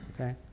okay